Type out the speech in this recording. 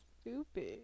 stupid